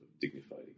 dignified